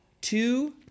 Two